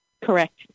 Correct